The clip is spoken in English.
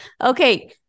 Okay